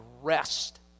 rest